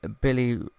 Billy